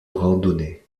randonnée